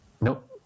Nope